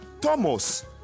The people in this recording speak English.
Thomas